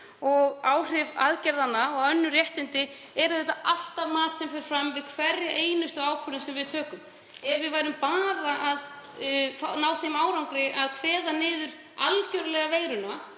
og áhrif aðgerðanna á önnur réttindi eru auðvitað alltaf mat sem fer fram við hverja einustu ákvörðun sem við tökum. Ef við ætluðum bara að ná þeim árangri að kveða veiruna algerlega niður